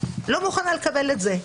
לא מוכנה לקבל את זה.